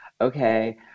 okay